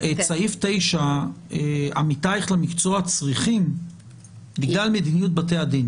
את סעיף 9 עמיתייך למקצוע צריכים בגלל מדיניות בתי הדין